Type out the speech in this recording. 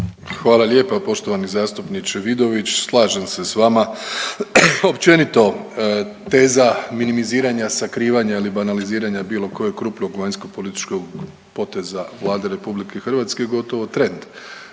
Hvala lijepa poštovani zastupniče Vidović. Slažem se s vama. Općenito teza minimiziranja, sakrivanja ili banaliziranja bilo kojeg krupnog vanjskopolitičkog poteza Vlade Republike Hrvatske gotovo je trend.